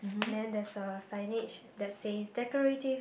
and then there's a signage that says decorative